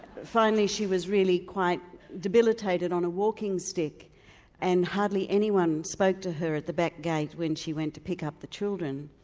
finally she was really quite debilitated on a walking stick and hardly anyone spoke to her at the back gate when she went to pick up the children.